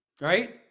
Right